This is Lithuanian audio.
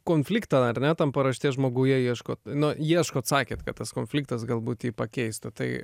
konfliktą ar ne tam paraštės žmoguje ieškot ieškot sakėt kad tas konfliktas galbūt jį pakeistų tai